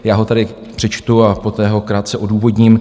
Já ho tady přečtu a poté ho krátce odůvodním.